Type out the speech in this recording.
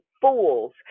fools